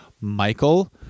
Michael